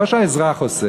לא שהאזרח עושה,